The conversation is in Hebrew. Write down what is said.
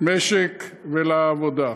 למשק ולעבודה.